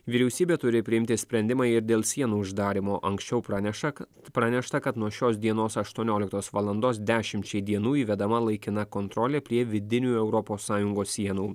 vyriausybė turi priimti sprendimą ir dėl sienų uždarymo anksčiau praneša pranešta kad nuo šios dienos aštuonioliktos valandos dešimčiai dienų įvedama laikina kontrolė prie vidinių europos sąjungos sienų